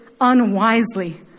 unwisely